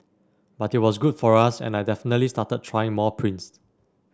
but it was good for us and I definitely started trying more prints